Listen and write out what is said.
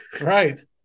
Right